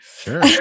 Sure